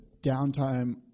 downtime